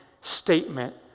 statement